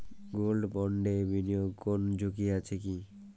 Gold বন্ডে বিনিয়োগে কোন ঝুঁকি আছে কি?